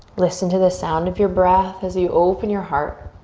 listen to the sound of your breath as you open your heart